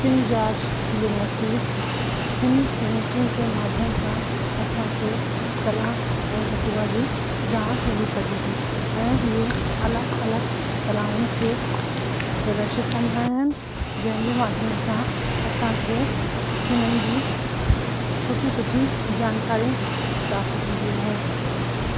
चिनजाज university हिन यूनिवर्सिटियुनि जे माध्यम सां असांखे कला ऐं प्रतिभा जी ॼाण मिली सघे थी ऐं इहे अलॻि अलॻि कलाउनि खे प्रदर्शित कंदा आहिनि जंहिंजे माध्यम सां असांखे हिननि जी सुठी सुठी जानकारी प्राप्त थींदी आहे